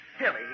silly